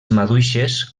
maduixes